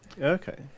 Okay